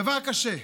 דבר קשה,